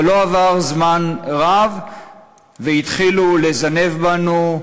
אבל לא עבר זמן רב והתחילו לזנב בנו,